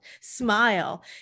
smile